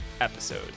episode